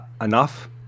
enough